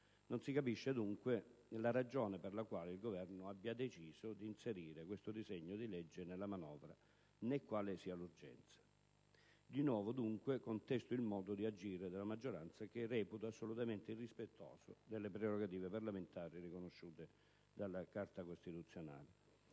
Non si capisce, dunque, la ragione per la quale il Governo abbia deciso di inserire questo disegno di legge nella manovra, né quale sia l'urgenza. Di nuovo, dunque, contesto il modo di agire della maggioranza che reputo assolutamente irrispettoso delle prerogative parlamentari riconosciute dalla Carta costituzionale.